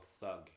Thug